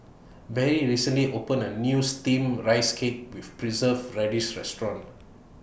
Barrie recently opened A New Steamed Rice Cake with Preserved Radish Restaurant